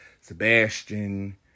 Sebastian